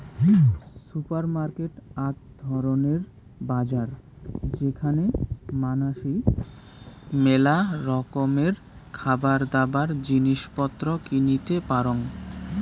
supermarket আক ধরণের বাজার যেখানে মানাসি মেলা রকমের খাবারদাবার, জিনিস পত্র কিনতে পারং